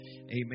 Amen